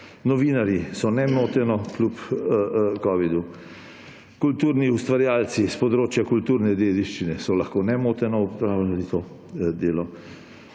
novinarji – nemoteno, kljub covidu, kulturni ustvarjalci s področja kulturne dediščine so lahko nemoteno opravljali to delo.